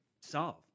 solve